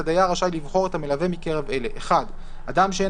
הדייר רשאי לבחור את המלווה מקרב אלה: (1)אדם שאין